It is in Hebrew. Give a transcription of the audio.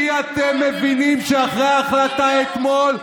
אתם רוצים, כי אתם מבינים שאחרי ההחלטה אתמול,